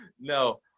No